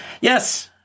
yes